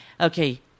Okay